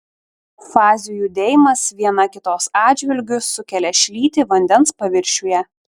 fazių judėjimas viena kitos atžvilgiu sukelia šlytį vandens paviršiuje